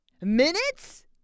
Minutes